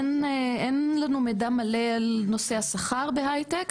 אין לנו מידע מלא על נושא השכר בהייטק,